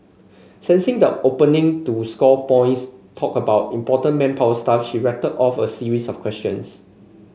sensing the opening to score points talk about important manpower stuff she rattled off a series of questions